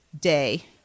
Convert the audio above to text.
day